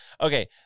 Okay